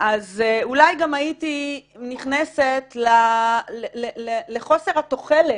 אז אולי גם הייתי נכנסת לחוסר התוחלת,